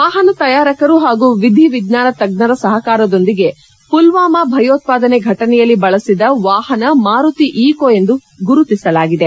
ವಾಹನ ತಯಾರಕರು ಹಾಗೂ ವಿಧಿ ವಿಜ್ವಾನ ತಜ್ವರ ಸಹಕಾರದೊಂದಿಗೆ ಮಲ್ವಾಮಾ ಭಯೋತ್ವಾದನೆ ಫಟನೆಯಲ್ಲಿ ಬಳಸಿದ ವಾಹನ ಮಾರುತಿ ಈಕೊ ಎಂದು ಗುರುತಿಸಲಾಗಿದೆ